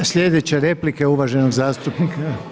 Sljedeća replika je uvaženog zastupnika.